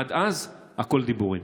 עד אז הכול דיבורים.